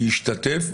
והשתתף,